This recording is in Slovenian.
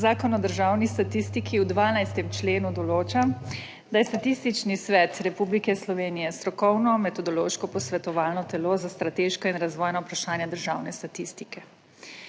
Zakon o državni statistiki v 12. členu določa, da je Statistični svet Republike Slovenije strokovno metodološko-posvetovalno telo za strateška in razvojna vprašanja državne statistike.